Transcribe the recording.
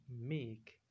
make